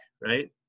right